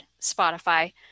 Spotify